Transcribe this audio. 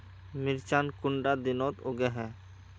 मिर्चान कुंडा दिनोत उगैहे?